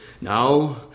Now